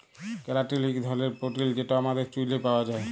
ক্যারাটিল ইক ধরলের পোটিল যেট আমাদের চুইলে পাউয়া যায়